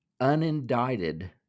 unindicted